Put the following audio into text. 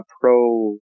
pro